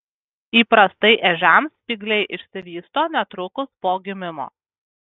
įprastai ežiams spygliai išsivysto netrukus po gimimo